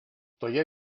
toje